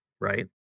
right